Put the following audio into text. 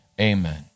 amen